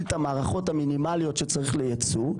את המערכות המינימליות שצריך לייצוא,